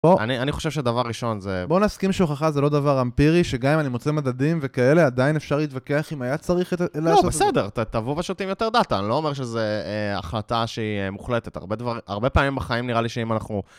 אני חושב שדבר ראשון זה... בוא נסכים שהוכחה זה לא דבר אמפירי, שגם אם אני מוצא מדדים וכאלה עדיין אפשר להתווכח אם היה צריך לעשות... לא בסדר, תבוא פשוט עם יותר דאטה, אני לא אומר שזו החלטה שהיא מוחלטת, הרבה פעמים בחיים נראה לי שאם אנחנו...